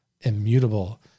immutable